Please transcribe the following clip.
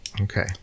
Okay